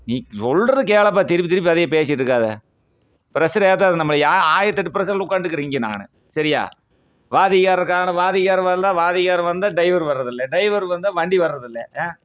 நீ சொல்றதை கேளப்பா திருப்பி திருப்பி அதையே பேசிகிட்ருக்காத ப்ரெஷர் ஏத்தாத நம்மள யா ஆயிரத்தெட்டு ப்ரெஷர்ல உட்காந்துட்ருக்குறேன் இங்கே நான் சரியாக வாத்தியாரை காணோம் வாத்தியார் வரல வாத்தியார் வந்தால் டிரைவர் வரதில்லை டிரைவர் வந்தால் வண்டி வரதில்லை ஆ